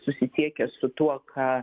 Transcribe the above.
susisiekia su tuo ką